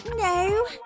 no